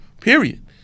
Period